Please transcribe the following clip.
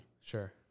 Sure